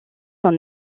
sont